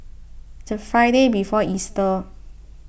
the Friday before Easter